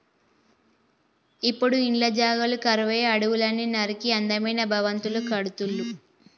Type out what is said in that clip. ఇప్పుడు ఇండ్ల జాగలు కరువై అడవుల్ని నరికి అందమైన భవంతులు కడుతుళ్ళు